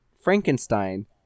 Frankenstein